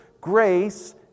Grace